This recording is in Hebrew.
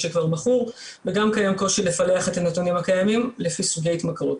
שכבר מכור וגם קיים קושי לפלח את הנתונים הקיימים לפי סוגי התמכרות.